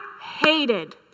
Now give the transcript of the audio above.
hated